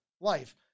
life